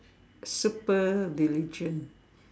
super diligent